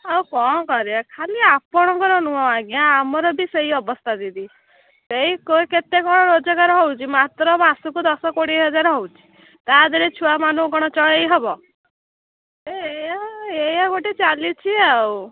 ଆଉ କ'ଣ କରିବା ଖାଲି ଆପଣଙ୍କର ନୁହଁ ଆଜ୍ଞା ଆମର ବି ସେଇ ଅବସ୍ଥା ଦିଦି ଏଇ କେତେ କ'ଣ ରୋଜଗାର ହେଉଛି ମାତ୍ର ଆସକୁ ଦଶ କୋଡ଼ିଏ ହଜାର ହେଉଛି ତା ଦେହରେ ଛୁଆମାନଙ୍କୁ କ'ଣ ଚଳେଇ ହେବ ଏଇଆ ଗୋଟେ ଚାଲିଛି ଆଉ